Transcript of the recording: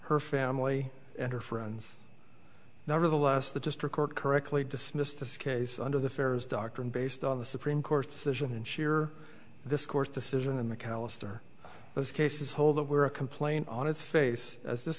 her family and her friends nevertheless the district court correctly dismissed this case under the fair's doctrine based on the supreme court's decision and cheer this court decision and mcallister those cases hold that were a complaint on its face as this